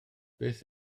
beth